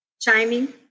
chiming